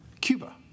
Cuba